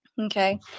Okay